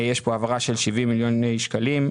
יש פה העברה של 70 מיליוני שקלים,